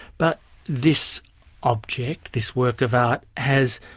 but this object, this work of art, has